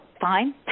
fine